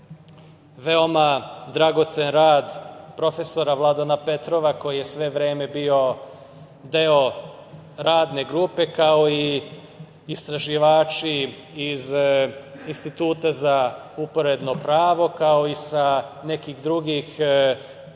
veoma dragocen rad profesora Vladana Petrova, koji je sve vreme bio deo Radne grupe, kao i istraživači iz Instituta za uporedno pravo, kao i profesori sa nekih drugih pravnih